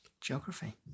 Geography